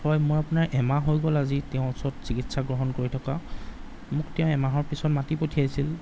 হয় মই আপোনাৰ এমাহ হৈ গ'ল আজি তেওঁৰ ওচৰত চিকিৎসা গ্ৰহণ কৰি থকা মোক তেওঁ এমাহৰ পিছত মাতি পঠিয়াইছিল